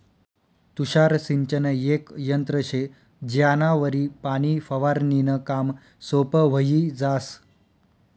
तुषार सिंचन येक यंत्र शे ज्यानावरी पाणी फवारनीनं काम सोपं व्हयी जास